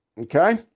Okay